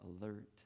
alert